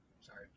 Sorry